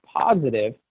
positive